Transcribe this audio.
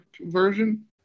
version